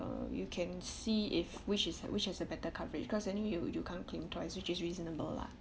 uh you can see if which is which has a better coverage because I think you you can't claim twice which is reasonable lah